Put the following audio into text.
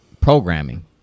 programming